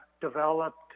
developed